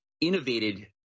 innovated